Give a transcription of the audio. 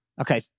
Okay